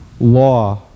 law